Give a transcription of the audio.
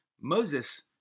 Moses